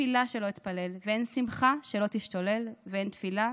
תפילה שלא אתפלל / ואין שמחה שלא תשתולל / אין תפילה